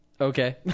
Okay